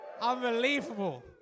Unbelievable